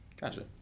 Gotcha